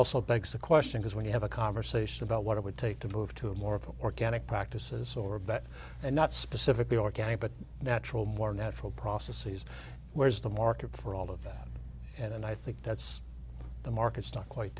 also begs the question is when you have a conversation about what it would take to move to more of the organic practices sorbet and not specifically organic but natural more natural processes where's the market for all of that and i think that's the market's not quite